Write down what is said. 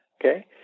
okay